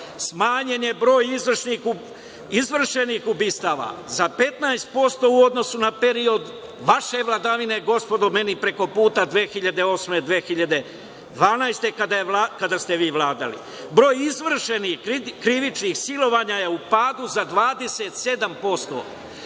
Smanjen je broj izvršenih ubistava za 15% u odnosu na period vaše vladavine, gospodo meni preko puta 2008-2012. godine kada ste vi vladali. Broj izvršenih krivičnih silovanja je u padu za 27%.